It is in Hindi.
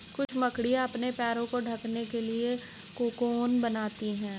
कुछ मकड़ियाँ अपने पैरों को ढकने के लिए कोकून बनाती हैं